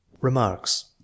Remarks